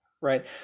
right